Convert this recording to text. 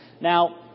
Now